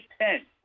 Ten